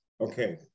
okay